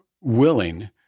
willing